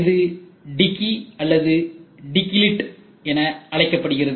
இது டிக்கி அல்லது டிக்கிலிட் என அழைக்கப்படுகிறது